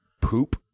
poop